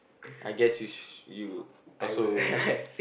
I guess you s~ you also